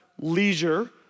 leisure